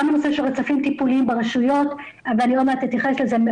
גם נושא של רצפים טיפוליים ברשויות ועוד מעט אתייחס לזה,